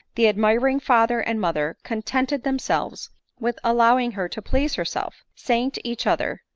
the admiring father and mother contented them selves with allowing her to please herself saying to each other,